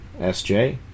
SJ